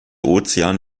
ozean